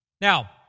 Now